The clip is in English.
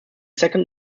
second